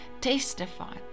testify